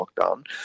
lockdown